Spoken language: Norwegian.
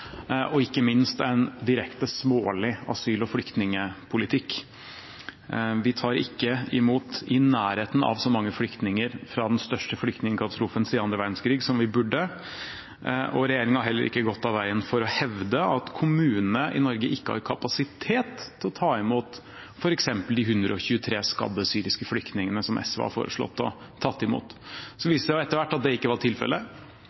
og ikke minst en direkte smålig asyl- og flyktningpolitikk. Vi tar ikke imot i nærheten av så mange flyktninger fra den største flyktningkatastrofen siden annen verdenskrig som vi burde, og regjeringen har heller ikke gått av veien for å hevde at kommunene i Norge ikke har kapasitet til å ta imot f.eks. de 123 skadde syriske flyktningene som SV har foreslått å ta imot. Så viser det seg etter hvert at dette ikke er tilfellet: